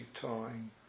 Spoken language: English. time